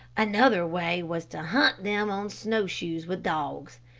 another way was to hunt them on snow shoes with dogs.